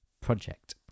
project